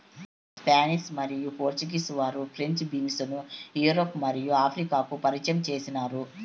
Spanish మరియు Portuguese వారు French beans ను యూరప్ మరియు ఆఫ్రికాకు పరిచయం చేసినారు